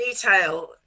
detail